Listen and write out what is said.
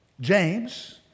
James